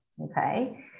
okay